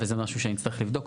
וזה משהו שנצטרך לבדוק.